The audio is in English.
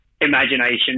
imagination